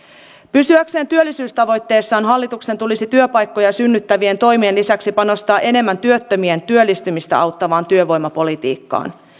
pysyäkseen työllisyystavoitteessaan hallituksen tulisi työpaikkoja synnyttävien toimien lisäksi panostaa enemmän työttömien työllistymistä auttavaan työvoimapolitiikkaan